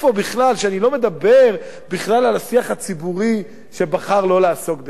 ואני בכלל לא מדבר על השיח הציבורי שבחר לא לעסוק בזה.